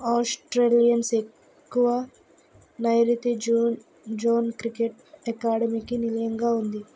Australians ఎక్కువ నైరుతి June zone cricket అకాడమీకి నిలయంగా ఉంది